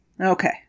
Okay